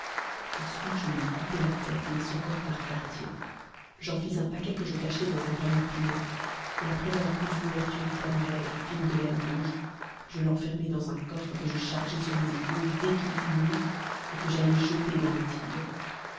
ensuite je lui coupai la tête et mis son corps par quartiers j'en fis un paquet que je cachai dans un panier pliant et après avoir cousu l'ouverture du panier avec un fil de laine rouge je l'enfermai dans un coffre que je chargeai sur mes épaules dès qu'il fut nuit et que j'allai jeter dans le tigre